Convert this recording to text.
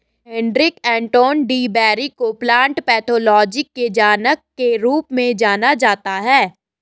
Heinrich Anton de Bary को plant pathology के जनक के रूप में जाना जाता है